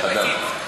להד"ם.